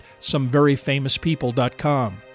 someveryfamouspeople.com